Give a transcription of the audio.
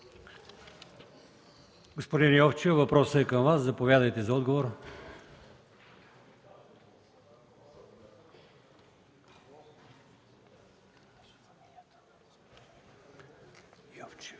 Господин Йовчев, въпросът е към Вас. Заповядайте за отговор.